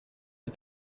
for